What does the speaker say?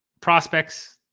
prospects